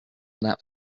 that